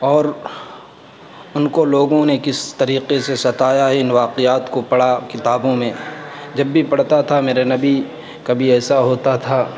اور ان کو لوگوں نے کس طریقے سے ستایا ان واقعات کو پڑھا کتابوں میں جب بھی پڑھتا تھا میرے نبی کبھی ایسا ہوتا تھا